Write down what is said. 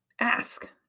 ask